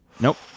Nope